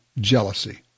jealousy